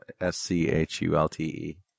S-C-H-U-L-T-E